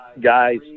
guys